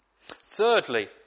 Thirdly